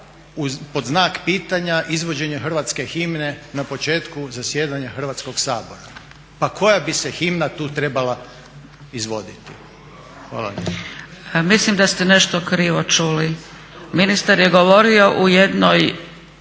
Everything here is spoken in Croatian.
pod znak pitanja izvođenje hrvatske himne na početku zasjedanja Hrvatskog sabora. Pa koja bi se himna tu trebala izvoditi? Hvala. **Zgrebec, Dragica (SDP)** Mislim da ste nešto krivo čuli. Ministar je govorio u jednoj